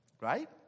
right